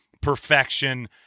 perfection